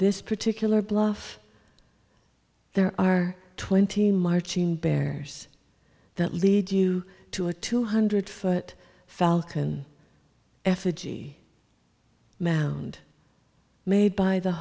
this particular bluff there are twenty marching bears that lead you to a two hundred foot falcon effigy mound made by the